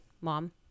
mom